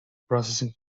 processing